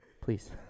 Please